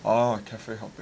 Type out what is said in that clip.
orh cafe hopping